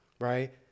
right